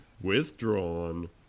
withdrawn